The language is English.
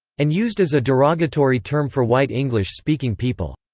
and used as a derogatory term for white english speaking people.